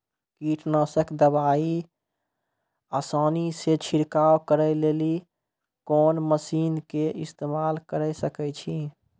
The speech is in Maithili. कीटनासक दवाई आसानीसॅ छिड़काव करै लेली लेल कून मसीनऽक इस्तेमाल के सकै छी?